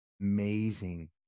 amazing